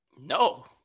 No